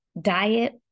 diet